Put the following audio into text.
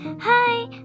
Hi